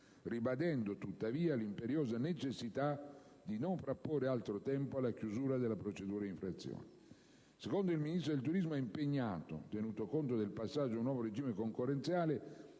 ribadendo tuttavia l'imperiosa necessità di non frapporre altro tempo alla chiusura della procedura d'infrazione, e che il Ministro del turismo è altresì impegnato, tenuto conto del passaggio ad un nuovo regime concorrenziale,